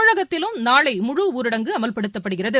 தமிழகத்திலும் நாளை முழு ஊரடங்கு அமல்படுத்தப்படுகிறது